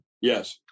Yes